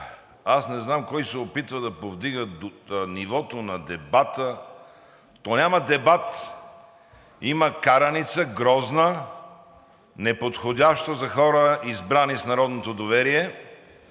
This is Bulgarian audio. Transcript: Аз не знам кой се опитва да повдига нивото на дебата – то няма дебат, има караница – грозна, неподходяща за хора, избрани с народното доверие,